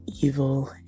evil